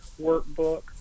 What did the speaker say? workbook